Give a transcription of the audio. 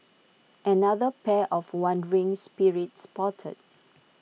another pair of wandering spirits spotted